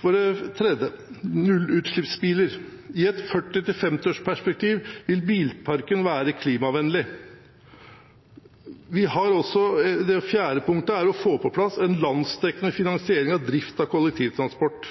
For det tredje: nullutslippsbiler. I et 40–50-årsperspektiv vil bilparken være klimavennlig. For det fjerde kan vi få på plass en landsdekkende finansiering av drift av kollektivtransport.